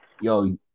yo